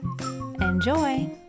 Enjoy